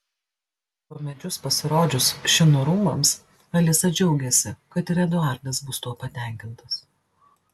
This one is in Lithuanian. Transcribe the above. pro medžius pasirodžius šino rūmams alisa džiaugiasi kad ir eduardas bus tuo patenkintas